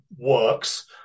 works